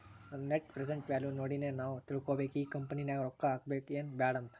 net present value ನೋಡಿನೆ ನಾವ್ ತಿಳ್ಕೋಬೇಕು ಈ ಕಂಪನಿ ನಾಗ್ ರೊಕ್ಕಾ ಹಾಕಬೇಕ ಎನ್ ಬ್ಯಾಡ್ ಅಂತ್